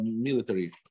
military